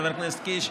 חבר הכנסת קיש,